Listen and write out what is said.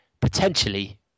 potentially